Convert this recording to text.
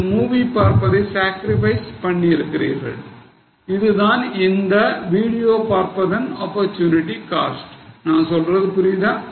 ஒரு மூவி பார்ப்பதை sacrifice பண்ணி இருக்கிறீர்கள் இதுதான் இந்த வீடியோ பார்ப்பதன் opportunity cost நான் சொல்றது புரியுதா